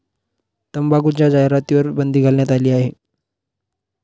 तंबाखूच्या जाहिरातींवर बंदी घालण्यात आली आहे